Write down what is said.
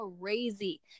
crazy